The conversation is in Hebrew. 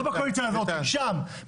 לא בקואליציה הזאת שם,